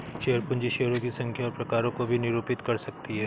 share पूंजी शेयरों की संख्या और प्रकारों को भी निरूपित कर सकती है